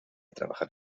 trabajar